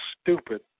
stupid